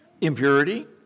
impurity